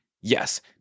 Yes